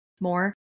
more